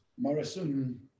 Morrison